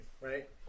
right